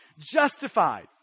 Justified